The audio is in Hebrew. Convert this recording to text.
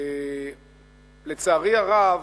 לצערי הרב,